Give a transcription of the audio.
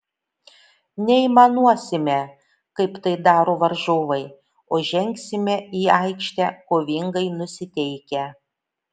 neaimanuosime kaip tai daro varžovai o žengsime į aikštę kovingai nusiteikę